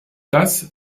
das